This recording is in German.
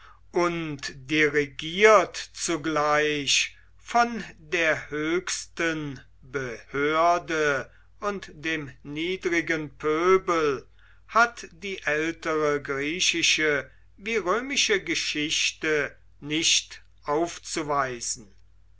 und dirigiert zugleich von der höchsten behörde und dem niedrigen pöbel hat die ältere griechische wie römische geschichte nicht aufzuweisen